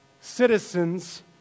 citizens